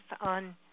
on